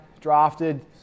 drafted